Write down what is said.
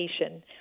education